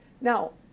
Now